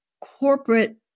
corporate